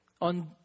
on